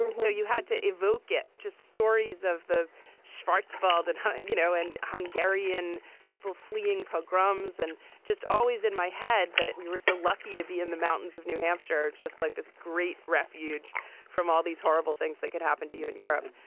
um so you had to evoke it. just stories of the shortfalls and, you know, and hungarian people fleeing programs and just always in my head that we were so lucky to be in the mountains of new hampshire, just like this great refuge from all these horrible things that could happen to you in europe.